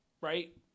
right